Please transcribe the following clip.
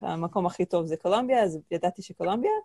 המקום הכי טוב זה קולמביה, אז ידעתי שקולמביה.